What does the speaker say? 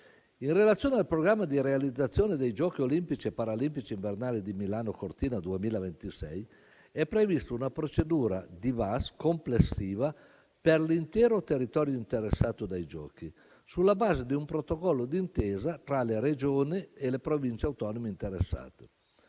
in relazione al programma di realizzazione dei Giochi olimpici e paralimpici invernali di Milano-Cortina 2026, è prevista una procedura di VAS complessiva per l'intero territorio interessato dai giochi, sulla base di un protocollo d'intesa tra le Regioni e le Province autonome interessate.